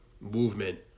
movement